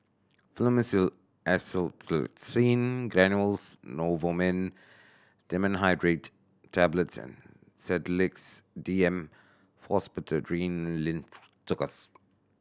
Fluimucil Acetylcysteine Granules Novomin Dimenhydrinate Tablets and Sedilix D M Pseudoephrine Linctus